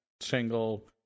single